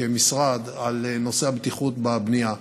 כמשרד לנושא הבטיחות בבנייה.